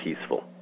peaceful